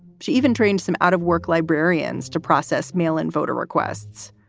she even trained some out-of-work librarians to process mail in voter requests.